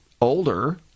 older